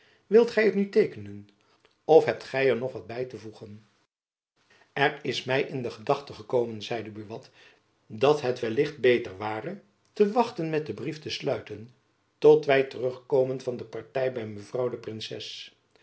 wilt gy het nu teekenen of hebt gy er nog wat by te voegen er is my in de gedachte gekomen zeide buat dat het wellicht beter ware te wachten met den brief te sluiten tot wy terug komen van de party by mevrouw de princes